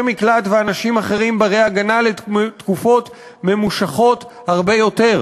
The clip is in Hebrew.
מקלט ואנשים בני-הגנה אחרים לתקופות ממושכות הרבה יותר,